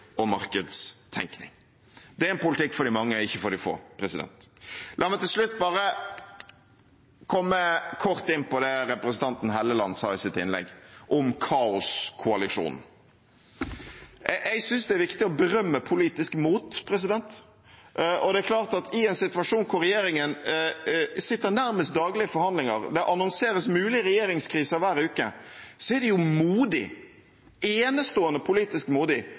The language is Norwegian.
politikk for de mange, ikke for de få. La meg til slutt bare kort komme inn på det representanten Helleland sa i sitt innlegg om kaoskoalisjonen. Jeg synes det er viktig å berømme politisk mot, og det er klart at i en situasjon hvor regjeringen sitter nærmest daglig i forhandlinger, der det annonseres mulig regjeringskrise hver uke, er det modig, enestående politisk modig,